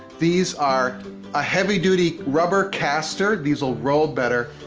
these are a heavy duty rubber caster. these'll roll better,